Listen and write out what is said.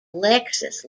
alexis